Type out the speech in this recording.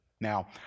Now